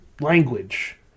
language